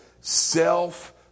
self